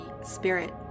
spirit